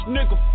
Nigga